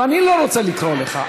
ואני לא רוצה לקרוא אותך.